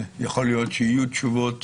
יכול להיות שיהיו תשובות